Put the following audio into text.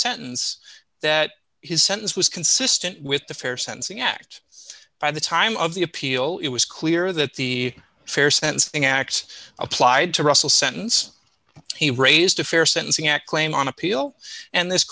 sentence that his sentence was consistent with the fair sentencing act by the time of the appeal it was clear that the fair sentencing act applied to russell sentence he raised a fair sentencing at claim on appeal and this